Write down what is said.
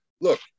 look